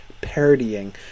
parodying